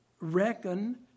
reckon